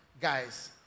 guys